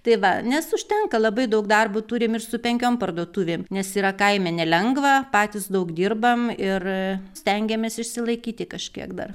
tai va nes užtenka labai daug darbo turim ir su penkiom parduotuvėm nes yra kaime nelengva patys daug dirbam ir stengiamės išsilaikyti kažkiek dar